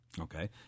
Okay